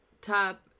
top